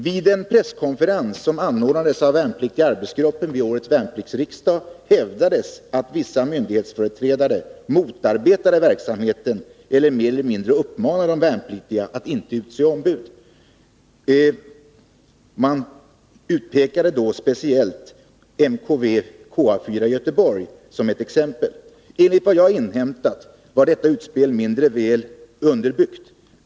Vid en presskonferens som anordnats av värnpliktiga arbetsgruppen vid årets värnpliktsriksdag hävdades att vissa myndighetsföreträdare motarbetade verksamheten eller mer eller mindre uppmanade de värnpliktiga att inte utse ombud. Man anförde särskilt MKV/KA 4 i Göteborg som exempel. Enligt vad jag inhämtat var detta utspel mindre väl underbyggt.